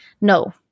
No